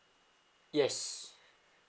yes